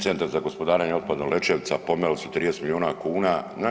Centar za gospodarenje otpadom Lećevica pomeli su 30 miliona kuna.